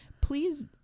Please